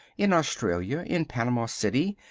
in australia, in panama city,